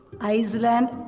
Iceland